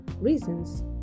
reasons